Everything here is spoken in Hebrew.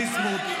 חבר הכנסת ביסמוט,